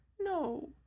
no